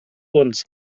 uns